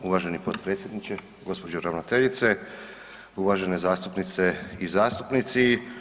Uvaženi potpredsjedniče, gospođo ravnateljice, uvažene zastupnice i zastupnici.